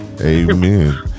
Amen